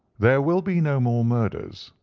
there will be no more murders,